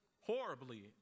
horribly